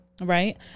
Right